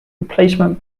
replacement